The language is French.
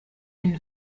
une